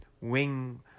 Wing